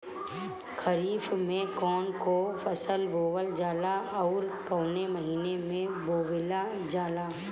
खरिफ में कौन कौं फसल बोवल जाला अउर काउने महीने में बोवेल जाला?